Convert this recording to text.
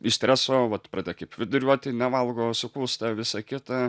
iš streso vat pradeda kaip viduriuoti nevalgo sukūsta visa kita